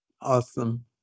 Awesome